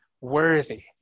worthy